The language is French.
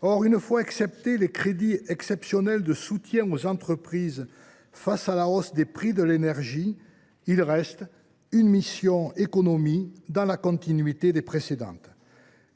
Or, si l’on soustrait les crédits exceptionnels de soutien aux entreprises face à la hausse des prix de l’énergie, il reste une mission « Économie » dans la continuité des précédentes,